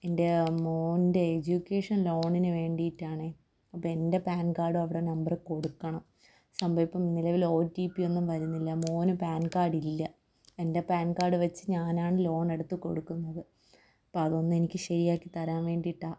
എൻ്റെ മോൻ്റെ എഡ്യൂക്കേഷൻ ലോണിന് വേണ്ടിയിട്ടാണേ അപ്പോള് എൻ്റെ പാൻ കാർഡ് അവിടെ നമ്പര് കൊടുക്കണം സംഭവം ഇപ്പോള് നിലവിൽ ഒ റ്റി പി ഒന്നും വരുന്നില്ല മോന് പാൻ കാർഡ് ഇല്ല എൻ്റെ പാൻ കാർഡ് വെച്ച് ഞാനാണ് ലോൺ എടുത്ത് കൊടുക്കുന്നത് അപ്പോള് അതൊന്നെനിക്ക് ശരിയാക്കി തരാൻ വേണ്ടിയിട്ടാണ്